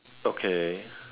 okay